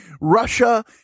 russia